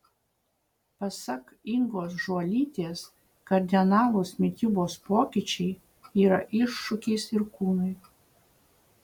pasak ingos žuolytės kardinalūs mitybos pokyčiai yra iššūkis ir kūnui